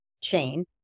chain